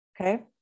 Okay